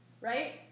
right